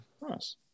Nice